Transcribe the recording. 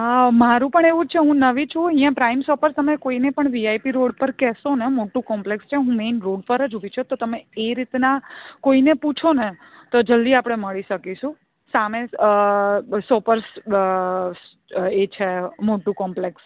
અ મારુ પણ એવું છે હું નવી છું અહીં પ્રાઇમ શોપર તમે અહીં કોઈ ને પણ વી આઇ પી રોડ પર કહેશોને મોટું કોમ્પલેક્ષ છે હું મેન રોડ પર જ ઊભી છું તમે એ રીતના કોઈને પૂછોને તો આપણે જલ્દી મળી સકીશું સામે શોપર્સ એ છે મોટું કોમ્પલેક્ષ